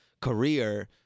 career